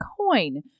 coin